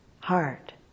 heart